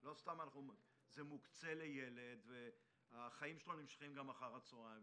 זה מוקצה לילד והחיים שלו נמשכים גם אחר הצוהריים,